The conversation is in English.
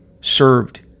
served